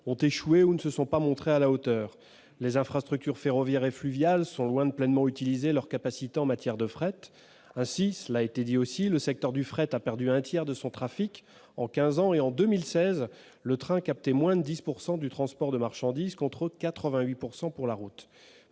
ont échoué ou n'ont pas été à la hauteur. Les infrastructures ferroviaires et fluviales sont loin de pleinement utiliser leurs capacités en matière de fret. Ainsi, le secteur du fret a perdu un tiers de son trafic en quinze ans. Et, en 2016, le train captait moins de 10 % du transport de marchandises, contre 88 % pour la route.